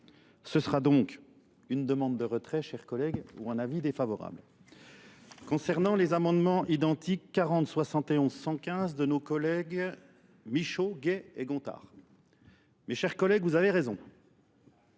Ce sera donc une demande de retrait, chers collègues, ou un avis défavorable. Concernant les amendements identiques 40, 71, 115 de nos collègues Michaud, Guet et Gontard. Mes chers collègues, vous avez raison.